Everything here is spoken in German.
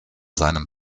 seinem